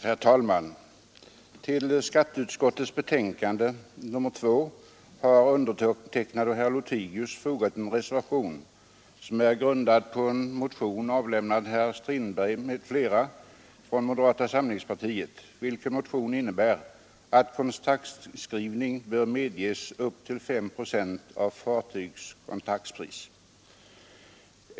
Herr talman! Till skatteutskottets betänkande nr 2 har herr Lothigius och jag fogat en reservation, som är grundad på en motion avlämnad av herr Strindberg m.fl. från moderata samlingspartiet, vilken motion innebär att kontraktsavskrivning bör medges upp till 5 procent av fartygets kontraktspris.